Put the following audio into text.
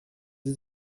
sie